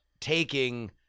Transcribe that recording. taking